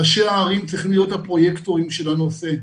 ראשי הערים צריכים להיות הפרויקטים של הנושא,